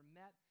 met